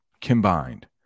combined